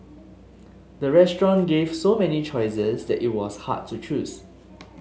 the restaurant gave so many choices that it was hard to choose